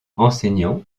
enseignant